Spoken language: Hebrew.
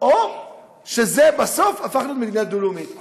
או שזה בסוף הפך להיות מדינה דו-לאומית.